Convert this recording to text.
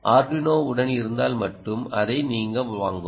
Arduino உடன் இருந்தால் மட்டும் அதை வாங்கவும்